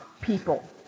people